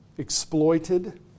Exploited